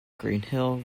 greenhill